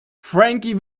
frankie